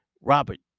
Robert